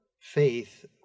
faith